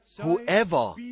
Whoever